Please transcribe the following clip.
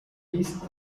ist